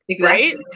Right